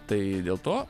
tai dėl to